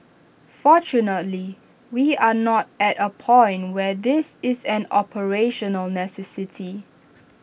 fortunately we are not at A point where this is an operational necessity